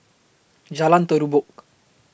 Jalan Terubok